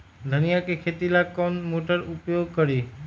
धनिया के खेती ला कौन मोटर उपयोग करी?